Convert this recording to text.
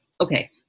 Okay